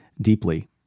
deeply